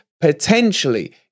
potentially